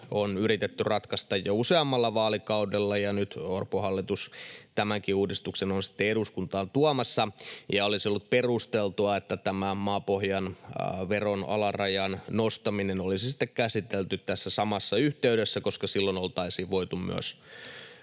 on yritetty ratkaista jo useammalla vaalikaudella, ja nyt Orpon hallitus tämänkin uudistuksen on sitten eduskuntaan tuomassa. Olisi ollut perusteltua, että tämä maapohjan veron alarajan nostaminen olisi sitten käsitelty tässä samassa yhteydessä, koska silloin oltaisiin voitu myös